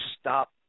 stop